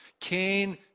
Cain